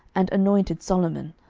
and anointed solomon.